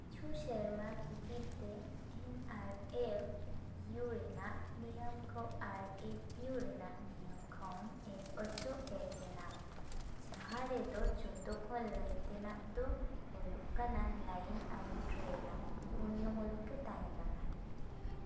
ᱠᱤᱪᱷᱩ ᱥᱮᱨᱢᱟ ᱵᱷᱤᱛᱤᱨ ᱛᱮ ᱮᱱ ᱟᱨ ᱮᱯᱷ ᱤᱭᱩ ᱨᱮᱱᱟᱜ ᱱᱮᱭᱟᱢ ᱠᱚ ᱟᱨ ᱮᱯᱷ ᱤᱭᱩ ᱨᱮᱱᱟᱜ ᱱᱮᱭᱟᱢ ᱠᱷᱚᱱ ᱮ ᱚᱪᱚᱜ ᱦᱮᱡ ᱞᱮᱱᱟ ᱡᱟᱦᱟᱸ ᱨᱮᱫᱚ ᱡᱚᱛᱚᱠᱷᱚᱱ ᱞᱟᱹᱭᱛᱮᱱᱟᱜ ᱫᱚ ᱦᱩᱭᱩᱜ ᱠᱟᱱᱟ ᱞᱟᱭᱤᱱ ᱟᱣᱩᱴ ᱨᱮᱱᱟᱜ ᱩᱱᱱᱚᱢᱩᱞᱩᱠᱮ ᱛᱟᱦᱮᱸ ᱠᱟᱱᱟ